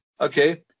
Okay